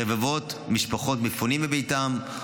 רבבות משפחות מפונות מביתן,